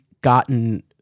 gotten